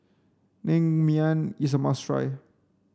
naengmyeon is a must try